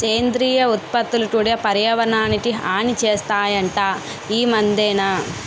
సేంద్రియ ఉత్పత్తులు కూడా పర్యావరణానికి హాని సేస్తనాయట ఈ మద్దెన